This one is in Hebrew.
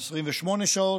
28 שעות,